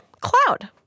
cloud